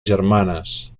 germanes